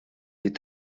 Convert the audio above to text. est